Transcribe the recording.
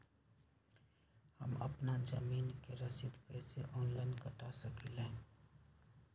हम अपना जमीन के रसीद कईसे ऑनलाइन कटा सकिले?